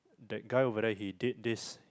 that guy over there he date this